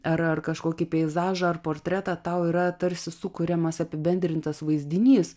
ar ar kažkokį peizažą ar portretą tau yra tarsi sukuriamas apibendrintas vaizdinys